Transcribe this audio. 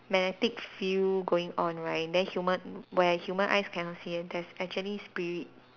magnetic field going on right then human where human eyes cannot see and there's actually spirit